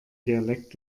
dialekt